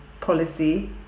policy